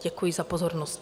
Děkuji za pozornost.